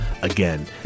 Again